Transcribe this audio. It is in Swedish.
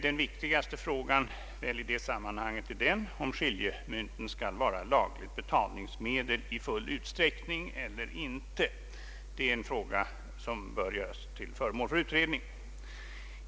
Den viktigaste frågan i detta sammanhang är om skiljemynten skall vara lagligt betalningsmedel i full utsträckning eller inte. Det är en fråga som bör göras till föremål för utredning.